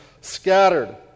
scattered